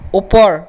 ওপৰ